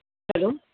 hello